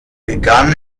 begann